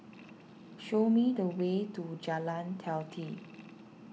show me the way to Jalan Teliti